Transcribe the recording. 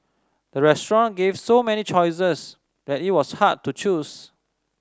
the restaurant gave so many choices that it was hard to choose